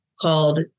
called